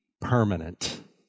permanent